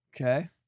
Okay